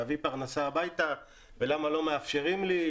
להביא פרנסה הביתה ולמה לא מאפשרים לי,